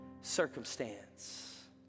circumstance